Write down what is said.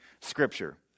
scripture